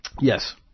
Yes